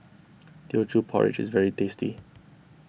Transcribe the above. Teochew Porridge is very tasty